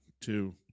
Two